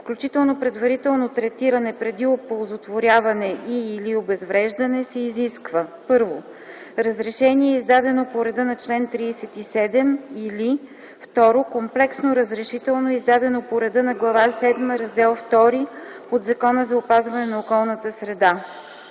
включително предварително третиране преди оползотворяване и/или обезвреждане, се изисква: 1. разрешение, издадено по реда на чл. 37, или 2. комплексно разрешително, издадено по реда на Глава седма, Раздел ІІ от Закона за опазване на околната среда.